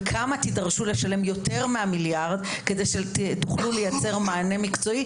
וכמה תידרשו לשלם יותר מהמיליארד כדי שתוכלו לייצר מענה מקצועי?